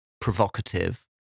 provocative